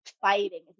fighting